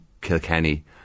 Kilkenny